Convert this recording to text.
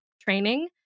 training